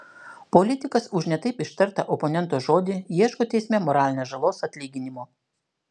politikas už ne taip ištartą oponento žodį ieško teisme moralinės žalos atlyginimo